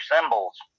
symbols